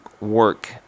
work